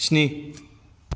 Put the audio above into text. स्नि